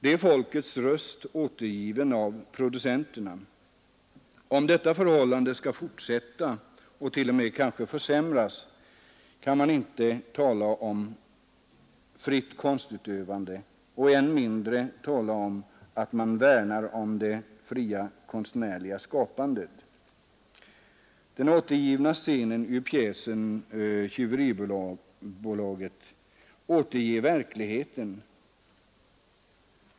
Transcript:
Det är folkets röst återgiven av producenterna. Om detta förhållande skall fortsätta och t.o.m. försämras, kan man inte tala om fritt konstutövande och än mindre tala om att man värnar om det fria konstnärliga skapandet. Den återgivna scenen ur pjäsen ”Tjyveribolaget” visar verkligheten.